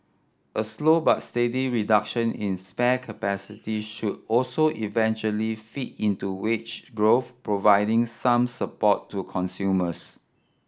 a slow but steady reduction in spare capacity should also eventually feed into which growth providing some support to consumers